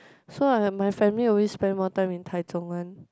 so um my family always spend more time in Taichung one